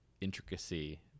intricacy